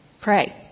pray